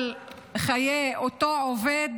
על חיי אותו עובד